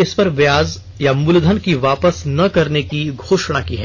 इस पर ब्याज या मूलधन की वापस न करने की घोषणा की है